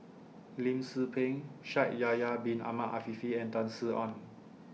Lim Tze Peng Shaikh Yahya Bin Ahmed Afifi and Tan Sin Aun